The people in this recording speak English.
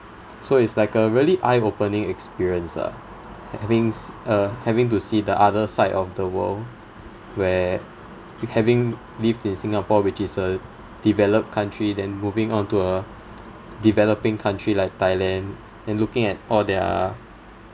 so it's like a really eye opening experience ah having s~ uh having to see the other side of the world where having lived in singapore which is a developed country then moving on to a developing country like thailand and looking at all their